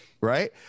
right